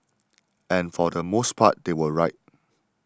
and for the most part they were right